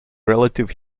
relative